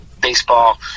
baseball